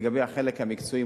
לגבי החלק המקצועי,